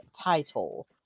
title